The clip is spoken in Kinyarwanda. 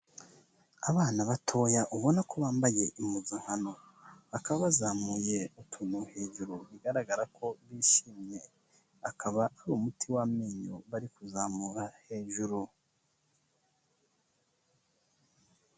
Abana batoya ubona ko bambaye impuzankano. Bakaba bazamuye utuntu hejuru bigaragara ko bishimye. Akaba ari umuti w'amenyo bari kuzamura hejuru.